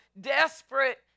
desperate